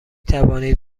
توانید